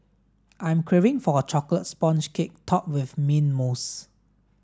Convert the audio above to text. I'm craving for a chocolate sponge cake topped with mint mousse